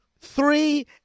three